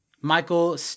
Michael